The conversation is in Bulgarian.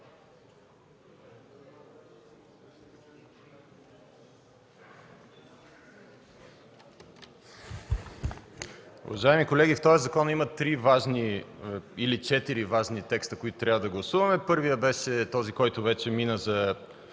Уважаеми колеги, в този закон има три или четири важни текста, които трябва да гласуваме. Първият беше този, който вече мина –